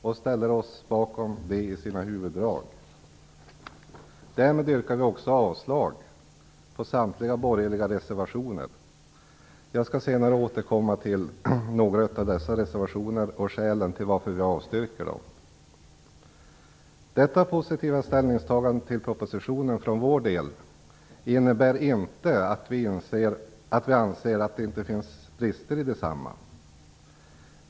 Vi ställer oss bakom förslaget i dess huvuddrag. Däremot yrkar vi avslag på samtliga borgerliga reservationer. Jag skall senare återkomma till några av dessa reservationer och till skälen till att vi yrkar avslag på dem. Vårt positiva ställningstagande till propositionen innebär inte att vi anser att det inte finns brister.